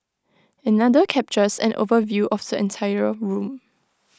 another captures an overview of the entire room